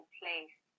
place